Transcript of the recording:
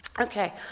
Okay